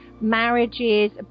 marriages